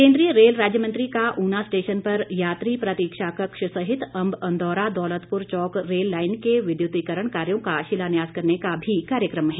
केन्द्रीय रेल राज्य मंत्री का ऊना स्टेशन पर यात्री प्रतीक्षा कक्ष सहित अंब अंदौरा दौलतपुर चौक रेल लाईन के विद्युतीकरण कार्यों का शिलान्यास करने का भी कार्यक्रम है